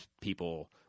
people